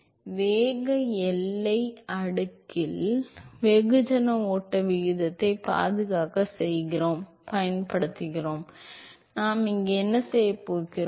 எனவே வேக எல்லை அடுக்கில் நாம் வெகுஜன ஓட்ட விகிதத்தை பாதுகாக்கப்பட்ட சொத்தாகப் பயன்படுத்துகிறோம் எனவே நாம் இங்கே என்ன செய்கிறோம் என்பதை நினைவில் கொள்க